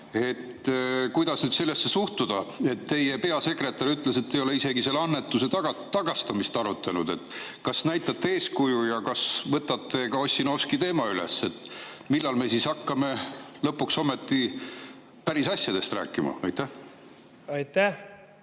Kuidas nüüd sellesse suhtuda? Teie peasekretär ütles, et te ei ole isegi selle annetuse tagastamist arutanud. Kas näitate eeskuju ja kas võtate ka Ossinovski teema üles? Millal me siis lõpuks ometi hakkame päris asjadest rääkima? Aitäh,